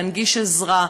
להנגיש עזרה,